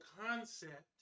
concept